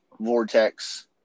vortex